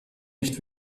nicht